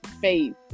faith